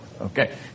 Okay